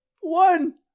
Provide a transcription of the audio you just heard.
One